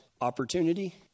Opportunity